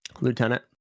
lieutenant